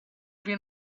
been